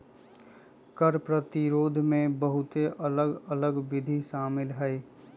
कर प्रतिरोध में बहुते अलग अल्लग विधि शामिल हइ